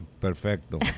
Perfecto